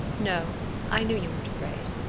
no i knew you weren't afraid.